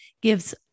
gives